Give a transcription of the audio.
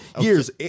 years